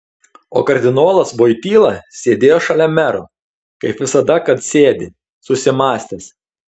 o kardinolas voityla sėdėjo šalia mero kaip visada kad sėdi susimąstęs